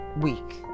week